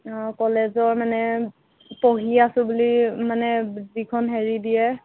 কলেজৰ মানে পঢ়ি আছোঁ বুলি মানে যিখন হেৰি দিয়ে